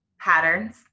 patterns